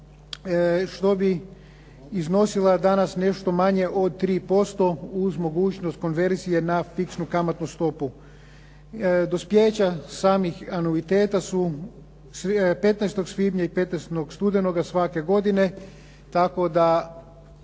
što bi iznosila danas nešto manje od 3% uz mogućnost konverzije na fiksnu kamatnu stopu. Dospijeća samih anuiteta su 15. svibnja i 15. studenoga svake godine, tako da